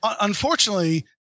unfortunately